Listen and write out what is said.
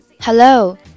Hello